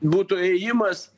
būtų ėjimas